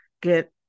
get